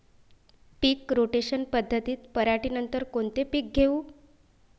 पीक rotation पद्धतीत पराटीनंतर कोनचे पीक घेऊ?